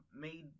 made